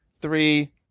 three